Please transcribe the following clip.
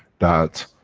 that,